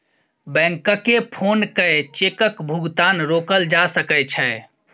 बैंककेँ फोन कए चेकक भुगतान रोकल जा सकै छै